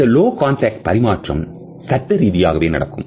இந்த low contact பரிமாற்றம் சட்ட ரீதியாகவே நடக்கும்